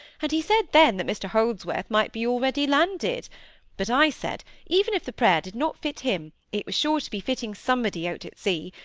and he said then, that mr holdsworth might be already landed but i said, even if the prayer did not fit him, it was sure to be fitting somebody out at sea,